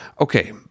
okay